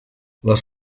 les